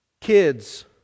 kids